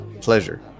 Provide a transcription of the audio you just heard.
Pleasure